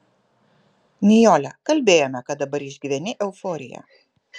nijole kalbėjome kad dabar išgyveni euforiją